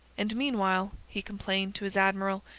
and meanwhile, he complained to his admiral,